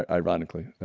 ah ironically,